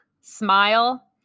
smile